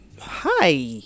hi